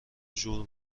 جور